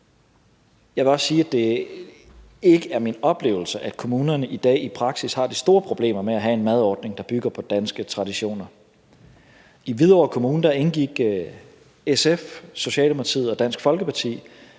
Jeg vil også sige, at det ikke er min oplevelse, at kommunerne i dag i praksis har de store problemer med at have en madordning, der bygger på danske traditioner. I Hvidovre Kommune indgik SF, Socialdemokratiet og Dansk Folkeparti